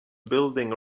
building